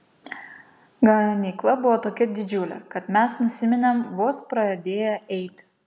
ganykla buvo tokia didžiulė kad mes nusiminėm vos pradėję eiti